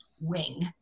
wing